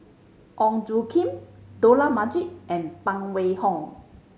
Ong Tjoe Kim Dollah Majid and Phan Wait Hong